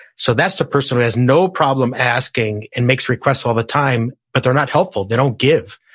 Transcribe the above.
so that's the person who has no problem asking and makes requests all the time, but they're not helpful. they don't give,